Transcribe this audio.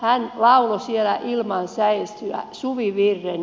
hän lauloi siellä ilman säestystä suvivirren